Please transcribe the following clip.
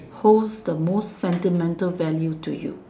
holds the most sentimental value to you